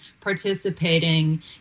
participating